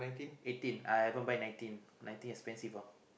eighteen I haven't buy nineteen nineteen expensive lah